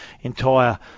entire